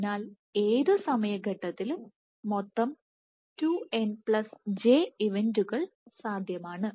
അതിനാൽ ഏത് സമയ ഘട്ടത്തിലും മൊത്തം 2n j ഇവന്റുകൾ eventsസാധ്യമാണ്